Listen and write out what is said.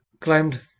climbed